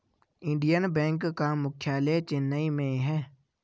Indian bank का मुख्यालय चेन्नई में है